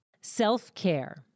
Self-care